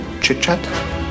chit-chat